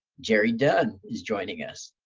jerry dunn is joining us.